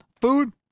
Food